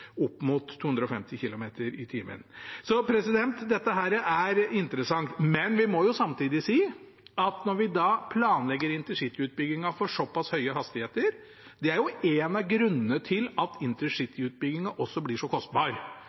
250 km/t. Dette er interessant, men vi må samtidig si at når vi planlegger intercityutbyggingen for såpass høye hastigheter, er det en av grunnene til at intercityutbyggingen også blir så kostbar.